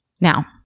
Now